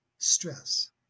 stress